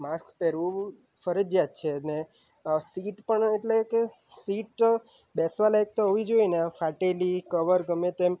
mask પહેરવું ફરજિયાત છે અને સીટ પણ એટલે કે સીટ તો બેસવાલાયક તો હોવી જોઈએને આમ ફાટેલી કવર ગમે તેમ છે